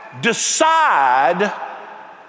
decide